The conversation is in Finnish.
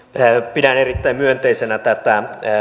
pidän erittäin myönteisenä tätä